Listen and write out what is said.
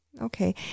Okay